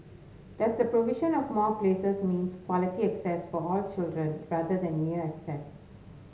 does the provision of more places means quality access for all children rather than mere access